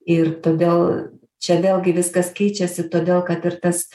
ir todėl čia vėlgi viskas keičiasi todėl kad ir tas